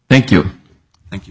thank you thank you